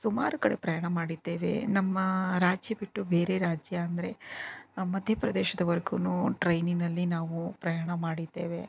ಸುಮಾರು ಕಡೆ ಪ್ರಯಾಣ ಮಾಡಿದ್ದೇವೆ ನಮ್ಮ ರಾಜ್ಯ ಬಿಟ್ಟು ಬೇರೆ ರಾಜ್ಯ ಅಂದರೆ ಮಧ್ಯ ಪ್ರದೇಶದವರ್ಗೂನು ಟ್ರೈನಿನಲ್ಲಿ ನಾವು ಪ್ರಯಾಣ ಮಾಡಿದ್ದೇವೆ